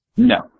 No